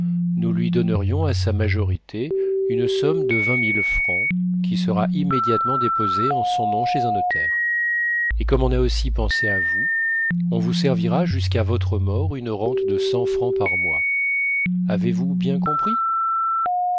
nous lui donnerions à sa majorité une somme de vingt mille francs qui sera immédiatement déposée en son nom chez un notaire et comme on a aussi pensé à vous on vous servira jusqu'à votre mort une rente de cent francs par mois avez-vous bien compris